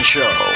Show